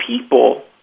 people